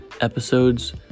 episodes